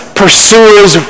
pursuers